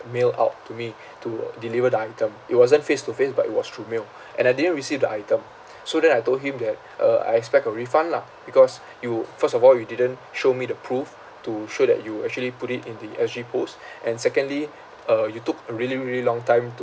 mail out to me to deliver the item it wasn't face to face but it was through mail and I didn't receive the item so then I told him that uh I expect a refund lah because you first of all you didn't show me the proof to show that you actually put it in the S_G post and secondly uh you took a really really long time